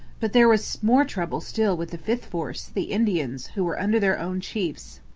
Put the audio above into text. but there was more trouble still with the fifth force, the indians, who were under their own chiefs.